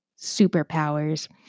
superpowers